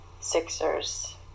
Sixers